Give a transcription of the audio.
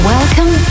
Welcome